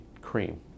cream